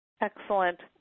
Excellent